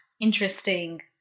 Interesting